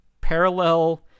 parallel